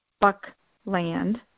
Buckland